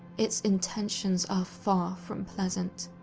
it's intentions are far from pleasant.